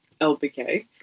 LBK